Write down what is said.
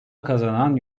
kazanan